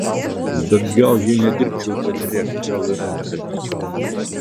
bet gal jei nedirbčiau teatre gal ir netapyčiau